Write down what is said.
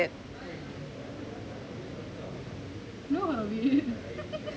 no